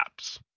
apps